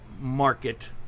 market